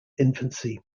infancy